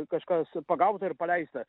kažkas pagauta ir paleista